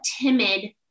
timid